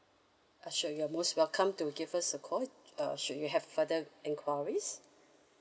uh sure you're most welcome to give us a call uh should you have further enquiries